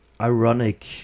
ironic